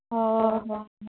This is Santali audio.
ᱚᱻ